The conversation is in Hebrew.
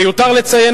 מיותר לציין,